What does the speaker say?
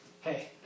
Hey